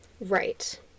Right